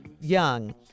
young